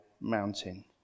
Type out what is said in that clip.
mountain